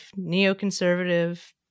neoconservative